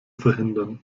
verhindern